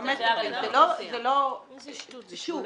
--- שוב,